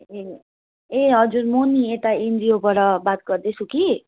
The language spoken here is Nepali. ए ए हजुर म नि एता एनजिओबाट बात गर्दैछु कि